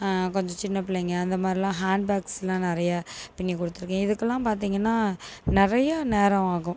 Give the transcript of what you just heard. கொஞ்சம் சின்ன பிள்ளைங்க அந்தமாதிரிலான் ஹாண்ட் பேக்ஸ்லான் நிறைய பின்னி கொடுத்துருக்கேன் இதுக்குலான் பார்த்திங்கன்னா நிறையா நேரம் ஆகும்